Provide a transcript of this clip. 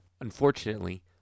Unfortunately